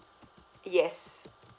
yes